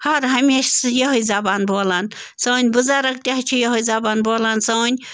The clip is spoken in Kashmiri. ہر ہمیشہٕ یِہَے زبان بولان سٲنۍ بُزَرَگ تہِ حظ چھِ یِہَے زبان بولان سٲنۍ